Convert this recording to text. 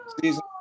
season